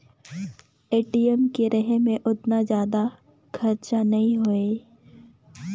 ATM के रहें मे ओतना जादा खरचा नइ होए